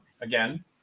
again